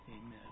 Amen